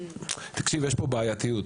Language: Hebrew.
תקשיב, יש פה בעייתיות.